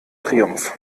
triumph